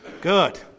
good